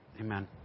amen